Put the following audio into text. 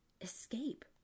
escape